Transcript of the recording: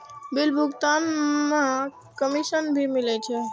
Bill भुगतान में commission भी मिले छै?